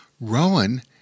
Rowan